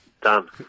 done